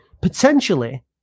potentially